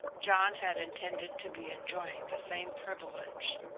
john had intended to be enjoying the same privilege.